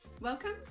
Welcome